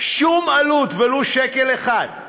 שום עלות, ולו שקל אחד,